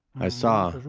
i saw,